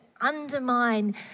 undermine